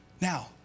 Now